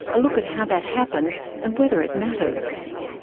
a look at how that happened and whether it matters.